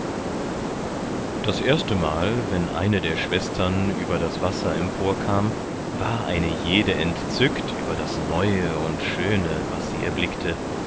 das erste mal wenn eine der schwestern über das wasser empor kam war eine jede entzückt über das neue und schöne was sie erblickte